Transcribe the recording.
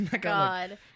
god